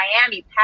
Miami